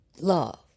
Love